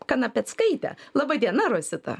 kanapeckaitė laba diena rosita